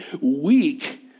weak